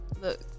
Look